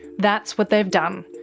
that's what they've done,